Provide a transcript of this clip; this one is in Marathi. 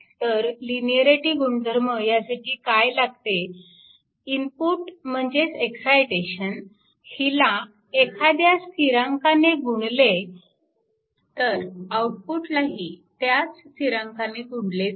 तर लिनिअरिटी गुणधर्म यासाठी काय लागते इनपुट म्हणजेच एक्सायटेशन हिला एखाद्या स्थिरांकाने गुणले तर आउटपुट लाही त्याच स्थिरांकाने गुणले जाते